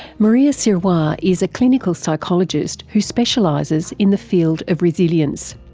maria sirois is a clinical psychologist who specialises in the field of resilience.